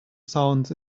sounds